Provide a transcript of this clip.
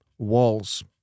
Walls